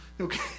Okay